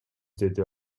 деди